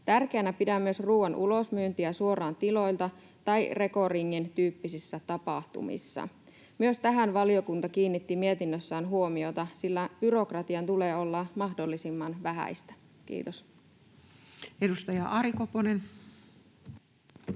Tärkeänä pidän myös ruuan ulosmyyntiä suoraan tiloilta tai Reko-ringin tyyppisissä tapahtumissa. Myös tähän valiokunta kiinnitti mietinnössään huomiota, sillä byrokratian tulee olla mahdollisimman vähäistä. — Kiitos. [Speech